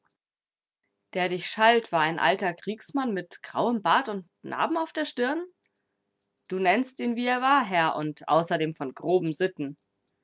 der dich schalt war ein alter kriegsmann mit grauem bart und narben auf der stirn du nennst ihn wie er war herr und außerdem von groben sitten